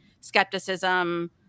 skepticism